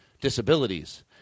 disabilities